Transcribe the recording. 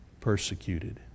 persecuted